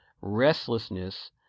restlessness